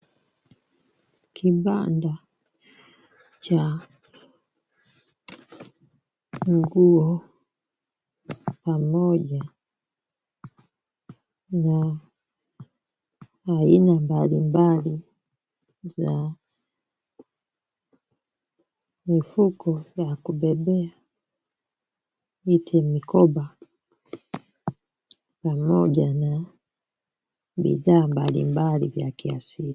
Kibanda cha nguo pamoja na aina mbalimbali za mfuko ya kubebea hizi mikoba pamoja na bidhaa mbalimbali vya kiasili.